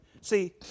See